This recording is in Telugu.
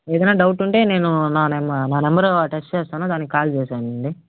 ఏదైనా డౌటుంటే నేను నా నెం నెంబరు టెక్స్ట్ చేస్తాను దానికి కాల్ చేసేయండి